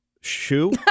Shoe